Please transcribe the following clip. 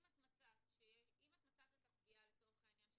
אם מצאת את הפגיעה לצורך העניין,